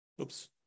Oops